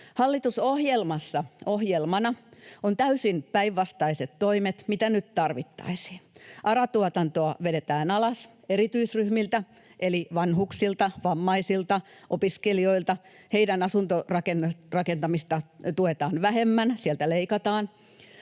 Hallitusohjelmassa ohjelmana on täysin päinvastaiset toimet kuin mitä nyt tarvittaisiin. ARA-tuotantoa vedetään alas erityisryhmiltä eli vanhuksilta, vammaisilta, opiskelijoilta. Heidän asuntorakentamistaan tuetaan vähemmän, sieltä leikataan,